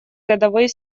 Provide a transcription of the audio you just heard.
годовой